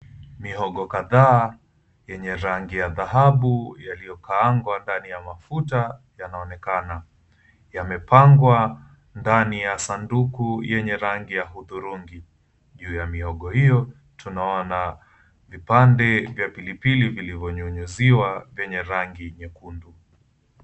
Mihogo kadhaa yenye rangi ya dhahabu yaliyokaangwa ndani ya mafuta yanaonekana. Yamepangwa ndani ya sanduku yenye rangi ya hudhurungi. Juu ya mihogo hio tunaona vipande vya pilipili vilivyonyunyuziwa vyenye rangi nyekundu.